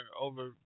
over